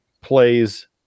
plays